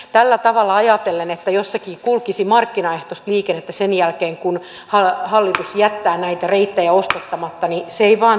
tällä tavalla ajatellen että jossakin kulkisi markkinaehtoista liikennettä sen jälkeen kun hallitus jättää näitä reittejä ostattamatta se ei vain tule onnistumaan